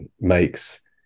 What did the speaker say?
makes